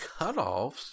cutoffs